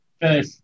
finish